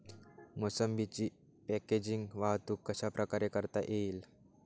मोसंबीची पॅकेजिंग वाहतूक कशाप्रकारे करता येईल?